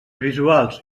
visuals